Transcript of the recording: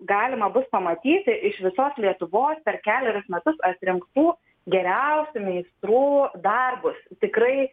galima bus pamatyti iš visos lietuvos per kelerius metus atrinktų geriausių meistrų darbus tikrai